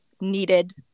needed